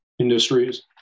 Industries